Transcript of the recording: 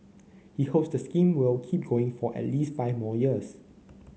he hopes the scheme will keep going for at least five more years